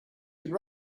could